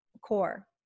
core